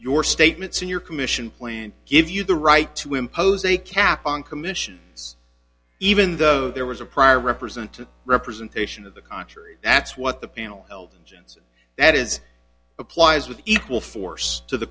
your statements and your commission plan give you the right to impose a cap on commission even though there was a prior represented representation of the country that's what the panel held gens that is applies with equal force to the